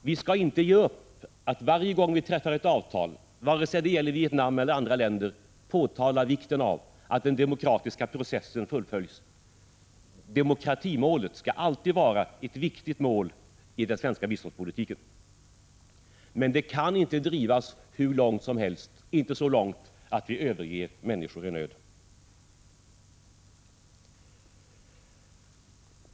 Vi skall inte ge upp, utan varje gång vi träffar ett avtal — vare sig det gäller Vietnam eller andra länder — påpeka vikten av att den demokratiska processen fullföljs. Demokratimålet skall alltid vara ett viktigt mål i den svenska biståndspolitiken. Men det kan inte drivas hur långt som helst, inte så långt att vi överger människor i nöd.